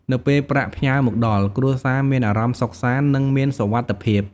នៅពេលប្រាក់ផ្ញើមកដល់ គ្រួសារមានអារម្មណ៍សុខសាន្ត និងមានសុវត្ថិភាព។